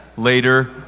later